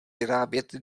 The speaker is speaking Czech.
vyrábět